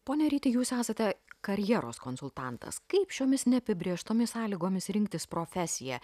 pone ryti jūs esate karjeros konsultantas kaip šiomis neapibrėžtomis sąlygomis rinktis profesiją